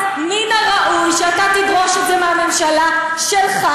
אז מן הראוי שאתה תדרוש את זה מהממשלה שלך.